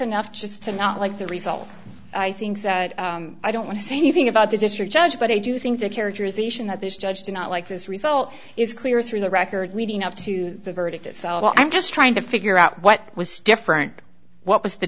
enough just to not like the result i don't want to say anything about the district judge but i do think the characterization that this judge did not like this result is clear through the records leading up to the verdict itself well i'm just trying to figure out what was different what was the